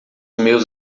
meus